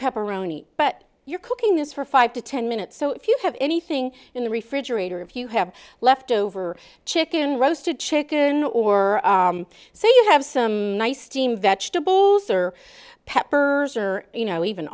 pepperoni but you're cooking this for five to ten minutes so if you have anything in the refrigerator if you have leftover chicken roasted chicken or so you have some nice steamed vegetables or peppers or you know even